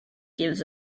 gives